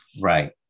right